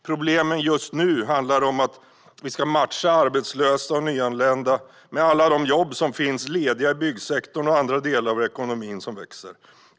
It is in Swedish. Problemen just nu handlar om att matcha arbetslösa och nyanlända med alla de jobb som finns lediga i byggsektorn och andra delar av ekonomin som växer.